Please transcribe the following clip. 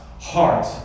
heart